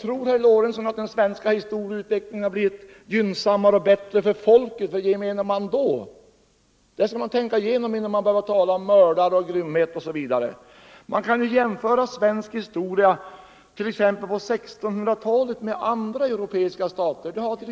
Tror herr Lorentzon att den svenska historieutvecklingen skulle ha blivit gynnsammare och bättre för folket, för gemene man, då? Det skall man tänka igenom innan man börjar tala om mördare och grymhet osv. Vi kan ju jämföra Sveriges historia t.ex. på 1600-talet med andra europeiska staters historia.